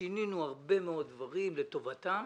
שינינו הרבה מאוד דברים לטובתם,